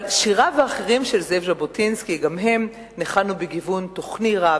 שיריו האחרים של זאב ז'בוטינסקי גם הם ניחנו בגיוון תוכני רב,